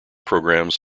programmes